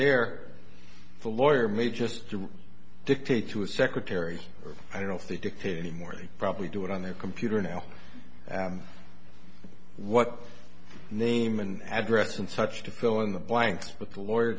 there the lawyer may just dictate to a secretary i don't know if they dictate anymore they probably do it on their computer now what name and address and such to fill in the blanks but the lawyer